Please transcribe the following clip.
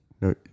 No